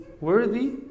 worthy